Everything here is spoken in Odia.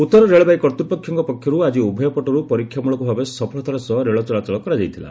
ଉତ୍ତର ରେଳବାଇ କର୍ତ୍ତୃପକ୍ଷଙ୍କ ପକ୍ଷରୁ ଆଜି ଉଭୟ ପଟରୁ ପରୀକ୍ଷାମୂଳକ ଭାବେ ସଫଳତାର ସହ ରେଳ ଚଳାଚଳ କରାଯାଇଥିଲା